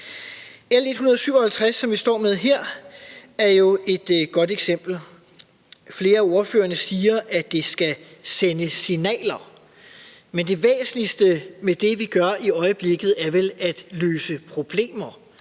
L 157, som vi står med her, er jo et godt eksempel. Flere af ordførerne siger, at det skal sende signaler, men det væsentligste med det, vi gør i øjeblikket, er vel at løse problemer,